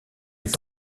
est